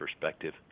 perspective